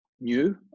new